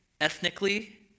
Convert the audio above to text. Ethnically